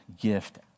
gift